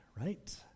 right